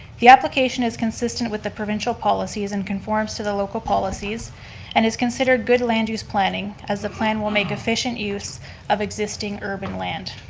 the application is consistent with the provincial policies and conforms to the local policies and is considered good land use planning as the plan will make efficient use of existing urban land.